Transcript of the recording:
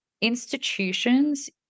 institutions